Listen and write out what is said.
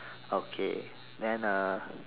okay then uh